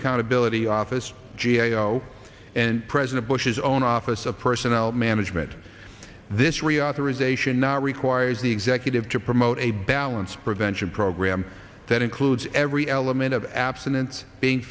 accountability office g a o and president bush's own office of personnel management this reauthorization now requires the executive to promote a balanced prevention program that includes every element of abstinence being